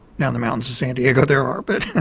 in the mountains of san diego there are, but.